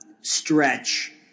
stretch